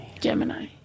Gemini